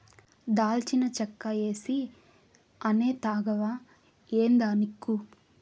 దాల్చిన చెక్క ఏసీ అనే తాగవా ఏందానిక్కు